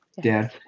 Dad